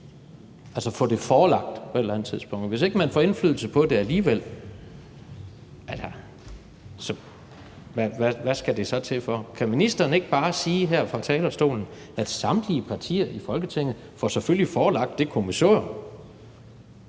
altså få det forelagt på et eller andet tidspunkt. Hvis ikke man får indflydelse på det alligevel, hvad skal det så til for? Kan ministeren ikke bare sige her fra talerstolen, at samtlige partier i Folketinget selvfølgelig får forelagt det kommissorium,